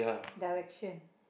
direction